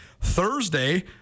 Thursday